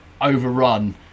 overrun